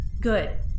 Good